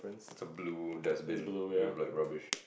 it's a blue dustbin with like rubbish